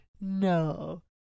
No